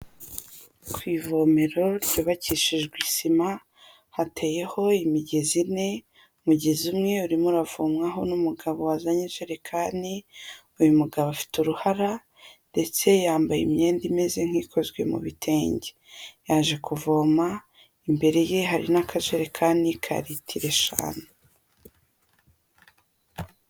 Ku ivomero ryubakishijwe sima, hateyeho imigezi ine, umugezi umwe urimo uravomwaho n'umugabo wazanye ijerekani, uyu mugabo afite uruhara, ndetse yambaye imyenda imeze nk'ikozwe mu bitenge, yaje kuvoma, imbere ye hari n'akajerekani ka litiro eshanu.